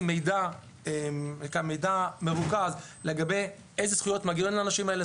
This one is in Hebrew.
מידע מרוכז לגבי אילו זכויות מגיעות לאנשים האלה.